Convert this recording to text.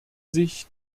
sich